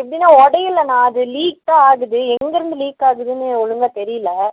எப்படின்னா உடையலண்ணா அது லீக் தான் ஆகுது எங்கேயிருந்து லீக் ஆகுதுன்னு ஒழுங்கா தெரியல